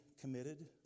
committed